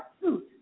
suit